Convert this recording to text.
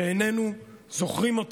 שאיננו זוכרים או